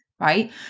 right